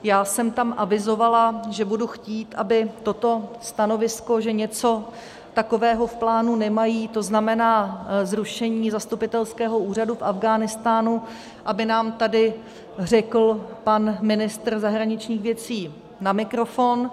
Já jsem tam avizovala, že budu chtít, aby toto stanovisko, že něco takového v plánu nemají, to znamená zrušení zastupitelského úřadu v Afghánistánu, aby nám tady řekl pan ministr zahraničních věcí na mikrofon.